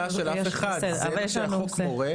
זאת לא המצאה של אף אחד, זה מה שהחוק מורה.